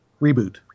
reboot